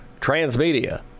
Transmedia